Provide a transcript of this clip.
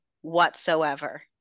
whatsoever